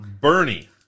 Bernie